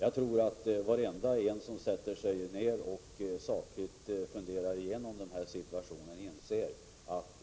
Jag tror att vem som helst som sätter sig ned och sakligt går igenom den här situationen inser att